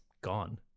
gone